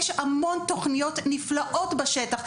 יש המון תוכניות נפלאות בשטח,